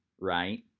right